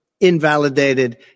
invalidated